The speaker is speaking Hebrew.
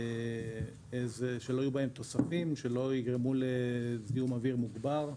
שלא יהיו תוספים, שלא יגרמו לזיהום אוויר מוגבר,